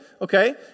okay